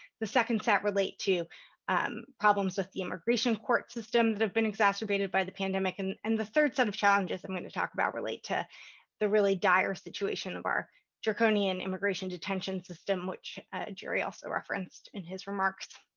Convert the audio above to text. the second set relate to problems with the immigration court system that have been exacerbated by the pandemic. and and the third set of challenges i'm going to talk about relate to the really dire situation of our draconian immigration detention system, which gerry also referenced in his remarks.